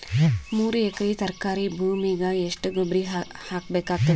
ಮೂರು ಎಕರಿ ತರಕಾರಿ ಭೂಮಿಗ ಎಷ್ಟ ಗೊಬ್ಬರ ಹಾಕ್ ಬೇಕಾಗತದ?